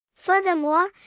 Furthermore